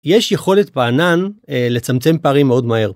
יש יכולת בענן לצמצם פערים מאוד מהר.